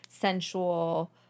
Sensual